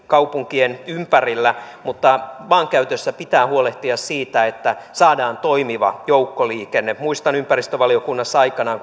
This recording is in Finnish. kaupunkien ympärillä mutta maankäytössä pitää huolehtia siitä että saadaan toimiva joukkoliikenne muistan kun ympäristövaliokunnassa aikanaan